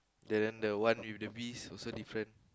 ya then the one with the beast also different